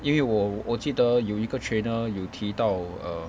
因为我我记得有一个 trainer 有提到 err